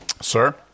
Sir